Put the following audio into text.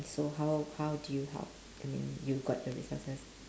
so how how do you help I mean you've got the resources